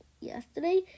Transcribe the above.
yesterday